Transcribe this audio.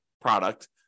product